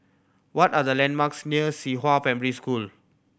what are the landmarks near Qihua Primary School